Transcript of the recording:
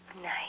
Nice